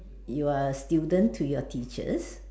you're student to your teachers